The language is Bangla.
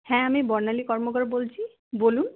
হ্যাঁ আমি বর্ণালী কর্মকার বলছি বলুন